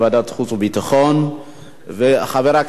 לוועדת החוץ והביטחון נתקבלה.